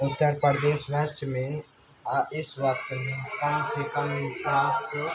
Uttar Pradesh west میں اس وقت کم سے کم انچاس